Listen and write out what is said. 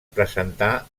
presentà